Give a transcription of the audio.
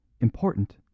important